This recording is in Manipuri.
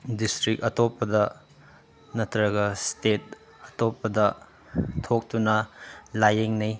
ꯗꯤꯁꯇ꯭ꯔꯤꯛ ꯑꯇꯣꯞꯄꯗ ꯅꯠꯇ꯭ꯔꯒ ꯁ꯭ꯇꯦꯠ ꯑꯇꯣꯞꯄꯗ ꯊꯣꯛꯇꯨꯅ ꯂꯥꯏꯌꯦꯡꯅꯩ